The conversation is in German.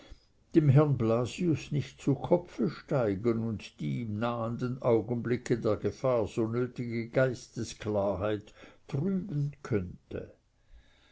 dem herrn blasius nicht zu kopfe steigen und die im nahenden augenblicke der gefahr so nötige geistesklarheit trüben könnte